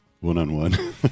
one-on-one